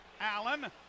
Allen